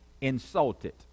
insulted